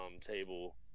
table